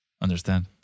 Understand